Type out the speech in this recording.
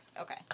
okay